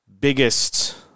biggest